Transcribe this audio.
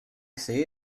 see